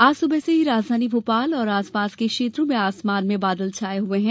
आज सुबह से ही राजधानी भोपाल और उसके आसपास के क्षेत्रों में आसमान में बादल छाये हुए है